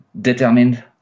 Determined